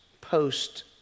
post